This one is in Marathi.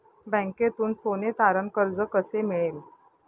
बँकेतून सोने तारण कर्ज कसे मिळेल?